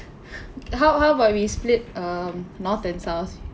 how how about we split um north and south